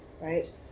right